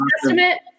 Testament